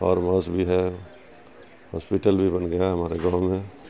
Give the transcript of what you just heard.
form house بھی ہے hospital بھی بن گیا ہے ہمارے گاؤں میں